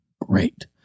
great